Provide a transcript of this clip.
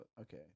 Okay